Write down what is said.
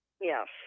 Yes